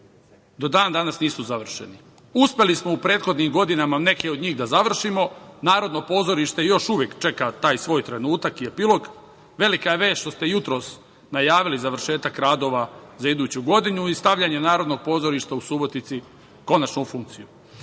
koji do danas nisu završeni. Uspeli smo u prethodnim godinama neke od njih da završimo. Narodno pozorište još uvek čeka taj svoj trenutak i epilog. Velika je vest što ste jutros najavili završetak radova za iduću godinu i stavljanje Narodnog pozorišta u Subotici konačno u funkciju. Dužan